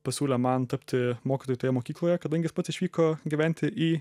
pasiūlė man tapti mokytoju toje mokykloje kadangi jis pats išvyko gyventi į